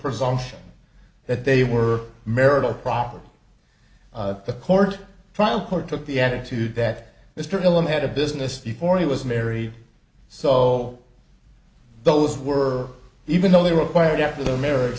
presumption that they were marital property the court trial court took the attitude that mr gillum had a business before he was marry so those were even though they required after the marriage